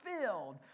filled